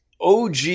OG